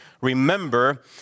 remember